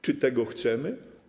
Czy tego chcemy?